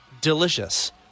Delicious